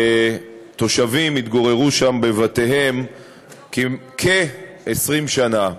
ותושבים התגוררו שם בבתיהם כ-20 שנה.